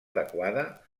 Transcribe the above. adequada